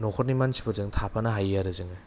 न'खरनि मानसिफोरजों थाफानो हायो आरो जोङो